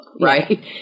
right